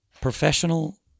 professional